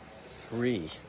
three